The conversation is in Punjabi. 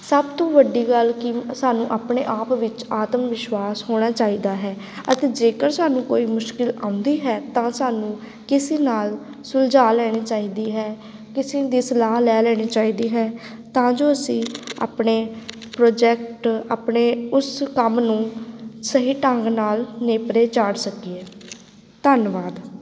ਸਭ ਤੋਂ ਵੱਡੀ ਗੱਲ ਕਿ ਸਾਨੂੰ ਆਪਣੇ ਆਪ ਵਿੱਚ ਆਤਮ ਵਿਸ਼ਵਾਸ ਹੋਣਾ ਚਾਹੀਦਾ ਹੈ ਅਤੇ ਜੇਕਰ ਸਾਨੂੰ ਕੋਈ ਮੁਸ਼ਕਿਲ ਆਉਂਦੀ ਹੈ ਤਾਂ ਸਾਨੂੰ ਕਿਸੇ ਨਾਲ ਸੁਲਝਾ ਲੈਣੀ ਚਾਹੀਦੀ ਹੈ ਕਿਸੇ ਦੀ ਸਲਾਹ ਲੈ ਲੈਣੀ ਚਾਹੀਦੀ ਹੈ ਤਾਂ ਜੋ ਅਸੀਂ ਆਪਣੇ ਪ੍ਰੋਜੈਕਟ ਆਪਣੇ ਉਸ ਕੰਮ ਨੂੰ ਸਹੀ ਢੰਗ ਨਾਲ ਨੇਪਰੇ ਚਾੜ ਸਕੀਏ ਧੰਨਵਾਦ